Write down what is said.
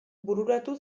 bururatu